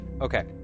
Okay